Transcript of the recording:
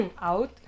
out